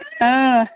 آ